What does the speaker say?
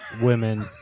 Women